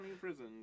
Prison